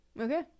Okay